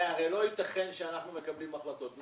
זה הרי לא יתכן שאנחנו מקבלים החלטות וזה לא קורה.